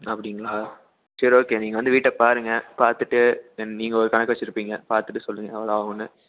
அப்படீங்களா சரி ஓகே நீங்கள் வந்து வீட்டைப் பாருங்கள் பார்த்துட்டு ஏன்னா நீங்கள் ஒரு கணக்கு வெச்சுருப்பீங்க பார்த்துட்டு சொல்லுங்கள் எவ்வளோ ஆகும்னு